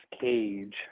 Cage